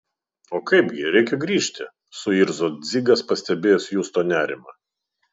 o kaipgi reikia grįžti suirzo dzigas pastebėjęs justo nerimą